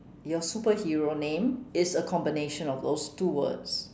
your superhero name is a combination of those two words